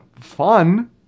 fun